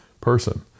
person